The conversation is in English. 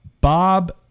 Bob